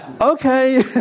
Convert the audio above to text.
Okay